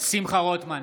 שמחה רוטמן,